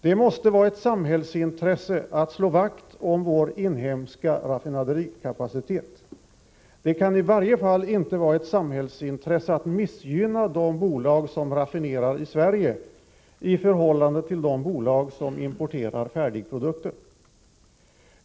Det måste vara ett samhällsintresse att slå vakt om vår inhemska raffinaderikapacitet. Det kan i varje fall inte vara ett samhällsintresse att missgynna de bolag som raffinerar i Sverige i förhållande till de bolag som importerar färdigprodukter.